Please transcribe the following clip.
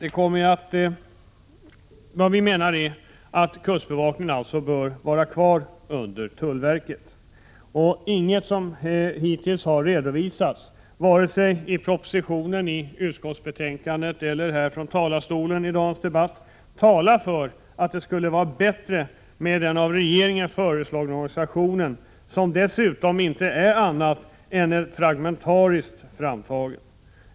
9” Vi menar att kustbevakningen bör vara kvar under tullverket. Inget som hittills har redovisats — i propositionen, i utskottsbetänkandet eller från talarstolen under dagens debatt — talar för att det skulle vara bättre med den av regeringen föreslagna organisationen, som dessutom inte är annat än fragmentariskt framtagen.